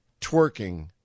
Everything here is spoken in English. twerking